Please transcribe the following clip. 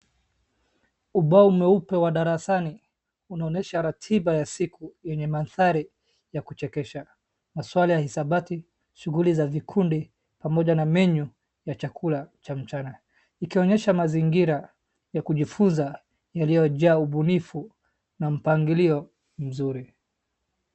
Umbao mweupe wa darasani naonyesha ratiba ya siku yenye mandhari ya kuchekesha. Maswala ya hesabati, shughuli za vikundi pamoja na menyu ya chakula cha mchana. Ikionyesha mazingira yakujifunza yaliyajaa ubunifu na mpangilio mzuri.